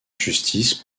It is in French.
justice